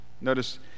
Notice